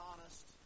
honest